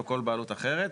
או בכל בעלות אחרת.